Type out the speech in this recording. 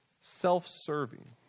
self-serving